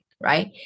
right